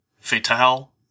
fatal